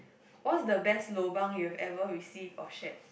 what is the best lobang you have ever received or shared